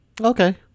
Okay